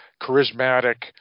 charismatic